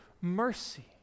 mercy